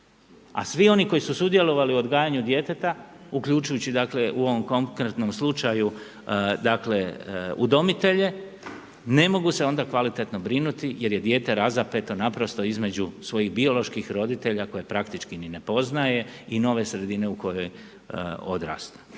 A svi oni koji su sudjelovali u odgajanju djeteta uključujući u ovom konkretnom slučaju udomitelje, ne mogu se onda kvalitetno brinuti jer je dijete razapeto naprosto između svojih bioloških roditelja koje praktički i ne poznaje i nove sredine u kojoj odrasta.